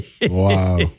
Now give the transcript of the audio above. Wow